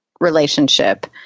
relationship